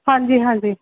ਹਾਂਜੀ ਹਾਂਜੀ